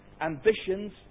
ambitions